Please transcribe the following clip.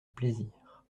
plaisir